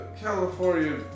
California